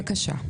בבקשה.